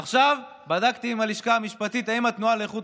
עכשיו בדקתי עם הלשכה המשפטית אם התנועה לאיכות